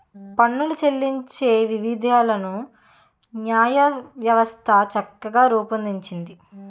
పన్నులు చెల్లించే విధివిధానాలను న్యాయవ్యవస్థ చక్కగా రూపొందించింది